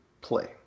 play